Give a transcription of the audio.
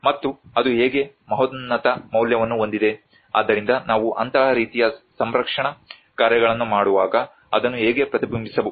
ಮತ್ತು ಅದು ಹೇಗೆ ಮಹೋನ್ನತ ಮೌಲ್ಯವನ್ನು ಹೊಂದಿದೆ ಆದ್ದರಿಂದ ನಾವು ಅಂತಹ ರೀತಿಯ ಸಂರಕ್ಷಣಾ ಕಾರ್ಯಗಳನ್ನು ಮಾಡುವಾಗ ಅದನ್ನು ಹೇಗೆ ಪ್ರತಿಬಿಂಬಿಸಬಹುದು